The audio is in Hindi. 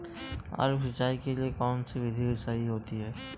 आलू की सिंचाई के लिए कौन सी विधि सही होती है?